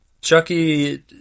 Chucky